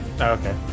okay